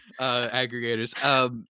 Aggregators